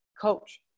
coach